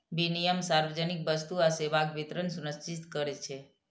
विनियम सार्वजनिक वस्तु आ सेवाक वितरण सुनिश्चित करै छै